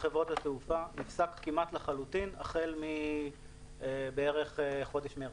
התעופה הופסק כמעט לחלוטין החל מבערך חודש מרס.